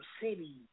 City